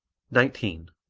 nineteen.